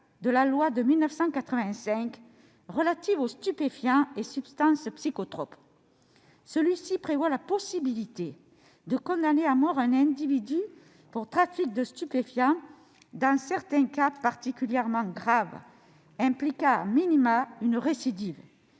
de la loi de 1985 relative aux stupéfiants et substances psychotropes. Cet article prévoit la possibilité de condamner à mort un individu pour trafic de stupéfiants dans certains cas particulièrement graves impliquant une récidive.